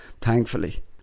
thankfully